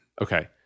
Okay